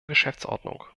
geschäftsordnung